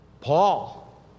Paul